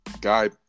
guy